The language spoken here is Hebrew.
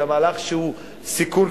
את המהלך שהוא סיכון,